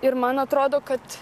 ir man atrodo kad